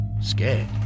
scared